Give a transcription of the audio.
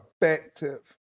effective